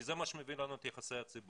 כי זה מה שמביא לנו את יחסי הציבור.